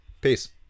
Peace